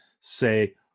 say